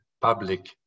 public